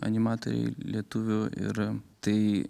animatoriai lietuvių ir tai